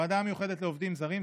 הוועדה המיוחדת לעובדים זרים,